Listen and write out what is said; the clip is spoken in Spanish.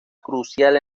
crucial